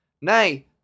Nay